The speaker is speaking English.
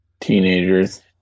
Teenagers